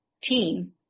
team